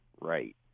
right